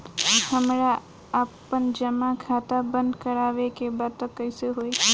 हमरा आपन जमा खाता बंद करवावे के बा त कैसे होई?